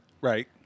Right